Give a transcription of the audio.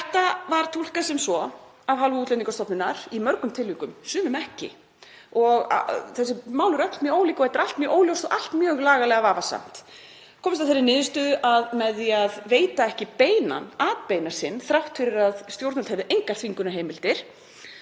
Þetta var túlkað sem svo af hálfu Útlendingastofnunar, í mörgum tilvikum, sumum ekki — og þessi mál eru öll mjög ólík og þetta er allt mjög óljóst, og allt mjög lagalega vafasamt — að með því að veita ekki beinan atbeina sinn, þrátt fyrir að stjórnvöld hefðu engar þvingunarheimildir